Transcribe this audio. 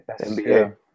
NBA